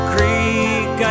Creek